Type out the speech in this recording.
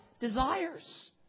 desires